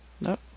Nope